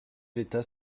l’état